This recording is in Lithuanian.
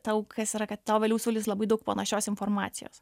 tau kas yra kad tau vėliau siūlys labai daug panašios informacijos